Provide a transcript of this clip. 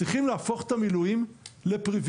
צריכים להפוך את המילואים לפריווילגיה,